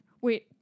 Wait